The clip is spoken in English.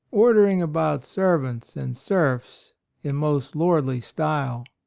ordering about servants and serfs in most lordly style.